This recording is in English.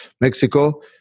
Mexico